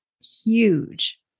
huge